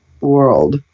world